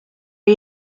are